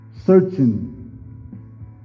Searching